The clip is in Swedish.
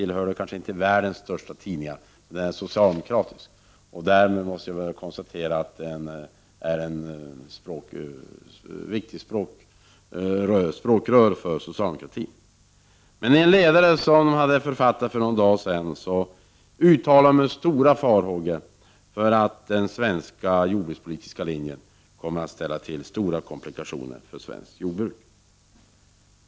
Den hör kanske inte till världens största tidningar, men den är socialdemokratisk och därmed ett språkrör för socialdemokratin. I nämnda ledare uttalades farhågan för att den svenska jordbrukspolitiska linjen kommer att ställa till stora komplikationer för svenskt jordbruk.